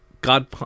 God